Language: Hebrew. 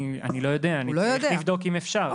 אני לא יודע, אני צריך לבדוק אם אפשר.